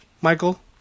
Michael